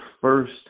first